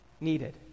needed